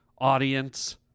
audience